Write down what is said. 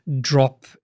drop